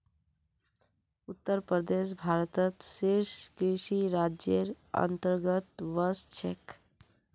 उत्तर प्रदेश भारतत शीर्ष कृषि राज्जेर अंतर्गतत वश छेक